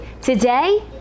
today